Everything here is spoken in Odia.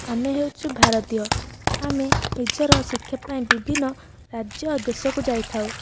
ଆମେ ହେଉଛୁ ଭାରତୀୟ ଆମେ ନିଜର ଶିକ୍ଷା ପାଇଁ ବିଭିନ୍ନ ରାଜ୍ୟ ଆଉ ଦେଶକୁ ଯାଇଥାଉ